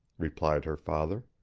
replied her father.